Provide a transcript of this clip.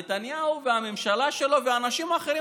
נתניהו והממשלה שלו ואנשים אחרים,